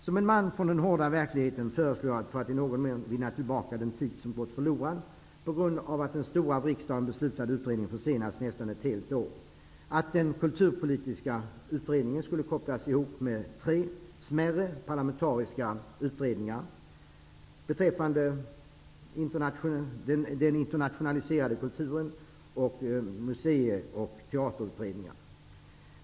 Som en man från den hårda verkligheten föreslår jag, för att i någon mån vinna tillbaka den tid som gått förlorad på grund av att den stora av riksdagen beslutade utredningen försenades nästan ett helt år, att den kulturpolitiska utredningen skall kopplas ihop med tre smärre parlamentariska utredningar beträffande den internationaliserade kulturen, museer och teater.